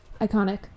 Iconic